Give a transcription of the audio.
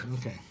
Okay